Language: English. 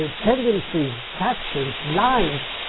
ah tendencies, factions, lines,